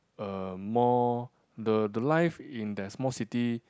uh more the the life in the small city